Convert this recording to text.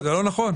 לא נכון.